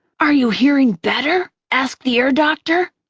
are you hearing better? asked the ear doctor.